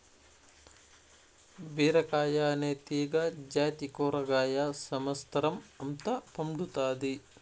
బీరకాయ అనే తీగ జాతి కూరగాయ సమత్సరం అంత పండుతాది